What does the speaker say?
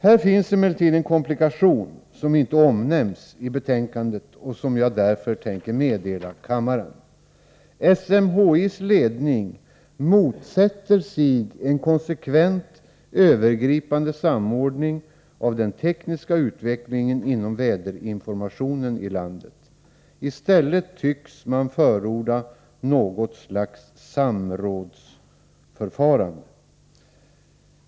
Här finns emellertid en komplikation som inte omnämns i betänkandet, vilken jag därför tänker meddela kammaren. SMHI:s ledning motsätter sig en konsekvent övergripande samordning av den tekniska utvecklingen inom väderinformationen i landet. I stället tycks man förorda något slags samrådsförfarande.